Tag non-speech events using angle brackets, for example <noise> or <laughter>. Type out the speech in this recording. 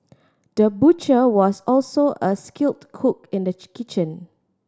the butcher was also a skilled cook in the <unintelligible> kitchen